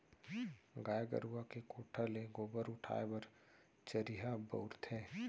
गाय गरूवा के कोठा ले गोबर उठाय बर चरिहा बउरथे